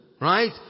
right